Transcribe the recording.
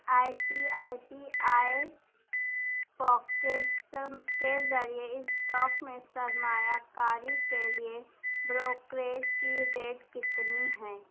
I C I C I pockets کے ذریعے stock میں سرمایہ کاری کے لیے بروکریج کی ریٹ کتنی ہیں